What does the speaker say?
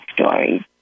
stories